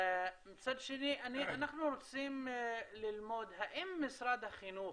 מצד שני אנחנו רוצים ללמוד האם למשרד החינוך